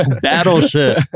Battleship